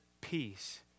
peace